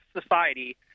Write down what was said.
society